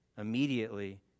immediately